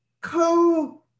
co